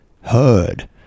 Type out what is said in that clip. heard